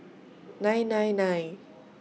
nine nine nine